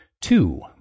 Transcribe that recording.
Two